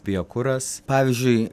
biokuras pavyzdžiui